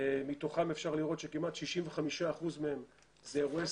מתוכם אפשר לראות שכמעט 65 אחוזים מהם אלה אירועי